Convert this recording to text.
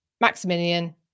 maximilian